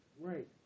right